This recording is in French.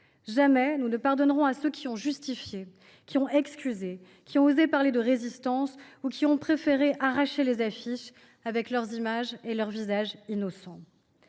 Jamais nous ne pardonnerons à ceux qui ont justifié, qui ont excusé, qui ont osé parler de résistance ou qui ont préféré arracher les affiches sur lesquelles se trouvaient ces visages innocents.